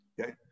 Okay